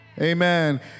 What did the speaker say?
Amen